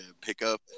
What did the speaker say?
pickup